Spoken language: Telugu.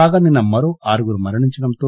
కాగా నిన్న మరో ఆరుగురు మరణించటంతో